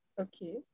Okay